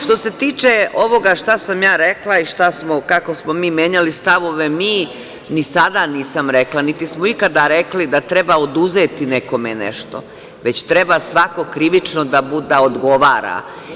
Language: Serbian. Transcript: Što se tiče ovoga šta sam ja rekla i kako smo menjali stavove, ni sada nisam rekla, niti smo ikada rekla da treba oduzeti nekome nešto, već treba svako krivično da odgovara.